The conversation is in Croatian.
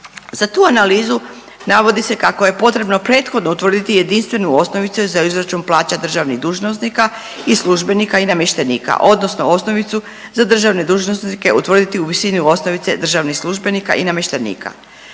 Za tu analizu navodi se kako je potrebno prethodno utvrditi jedinstvenu osnovicu za izračun plaća državnih dužnosnika i službenika i namještenika odnosno osnovicu za državne dužnosnike utvrditi u visini osnovice državnih službenika i namještenika.